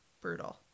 brutal